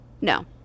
No